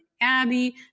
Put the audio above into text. Abby